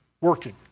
working